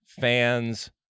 fans